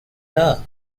love